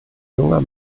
junger